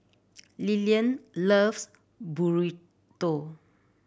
Lilian loves Burrito